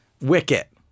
Wicket